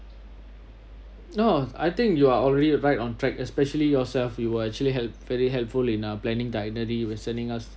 no I think you are already right on track especially yourself you were actually help very helpful enough planning the itinerary were sending us